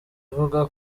ivuga